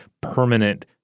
permanent